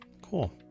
Cool